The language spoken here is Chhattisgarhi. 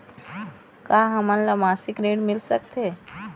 का हमन ला मासिक ऋण मिल सकथे?